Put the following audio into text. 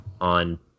on